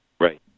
Right